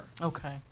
okay